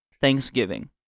Thanksgiving